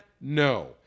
No